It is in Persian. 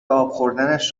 آبخوردنش